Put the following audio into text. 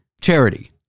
charity